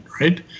right